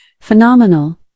Phenomenal